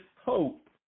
hope